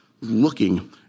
looking